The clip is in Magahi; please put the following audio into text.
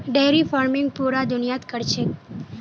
डेयरी फार्मिंग पूरा दुनियात क र छेक